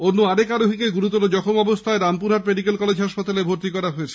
অন্য আরেক আরোহীকে গুরুতর আহত অবস্হায় রামপুরহাট মেডিকেল কলেজ হাসপাতালে ভর্তি করা হয়